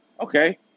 Okay